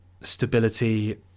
stability